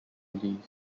released